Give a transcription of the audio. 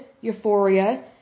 euphoria